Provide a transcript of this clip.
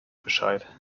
bescheid